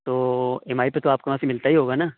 تو M I پہ تو آپ کے وہاں سے ملتا ہی ہوگا نا